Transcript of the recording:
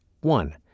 one